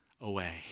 away